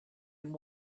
and